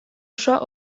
osoa